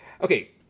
Okay